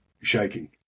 shaking